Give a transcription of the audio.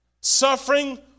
Suffering